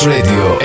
Radio